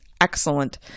excellent